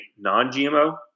non-GMO